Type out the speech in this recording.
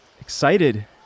excited